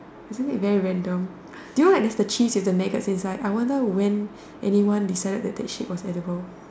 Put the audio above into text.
isn't it very random do you know that there is the cheese with the maggots inside I wonder when anyone decided that that shit was edible